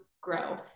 grow